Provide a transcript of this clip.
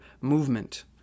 movement